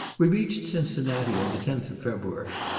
we reached cincinnati on the tenth of february.